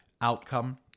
outcome